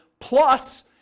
plus